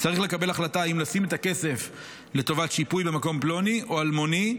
צריך לקבל החלטה אם לשים את הכסף לטובת שיפוי במקום פלוני או אלמוני.